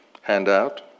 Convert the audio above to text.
handout